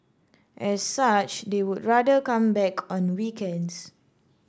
as such they would rather come back on weekends